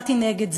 יצאתי נגד זה.